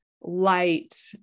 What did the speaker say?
light